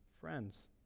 friends